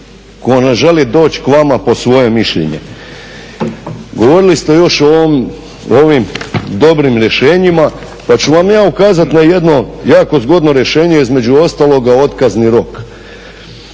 tko ne želi doći k vama po svoje mišljenje. Govorili ste još o ovim dobrim rješenjima, pa ću vam ja ukazati na jedno jako zgodno rješenje između ostaloga otkazni rok,